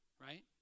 right